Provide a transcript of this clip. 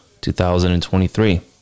2023